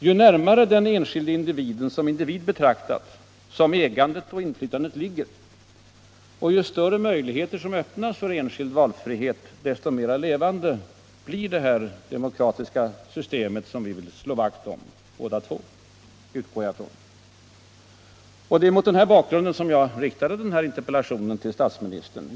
Ju närmare den enskilde individen - som individ betraktat — som ägandet och inflytandet ligger och ju större möjligheter som öppnas för enskild valfrihet, desto mer levande blir det demokratiska systemet som vi, det utgår jag från, vill slå vakt om båda två. Det är mot denna bakgrund som jag riktade min interpellation till statsministern.